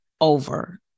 over